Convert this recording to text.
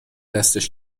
دستش